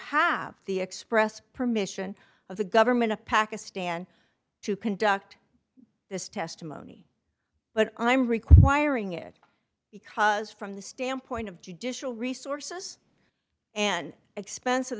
have the express permission of the government of pakistan to conduct this testimony but i'm requiring it because from the standpoint of judicial resources and expens